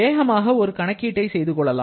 வேகமாக ஒரு கணக்கீட்டை செய்துகொள்ளலாம்